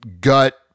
gut